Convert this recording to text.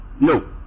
No